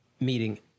meeting